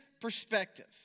perspective